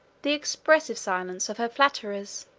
the expressive silence, of her flatterers